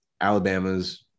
Alabama's